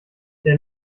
der